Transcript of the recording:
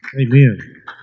Amen